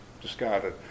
discarded